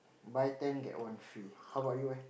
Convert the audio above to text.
buy ten get one free how about you eh